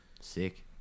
Sick